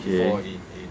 okay